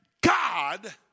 God